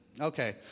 Okay